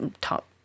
top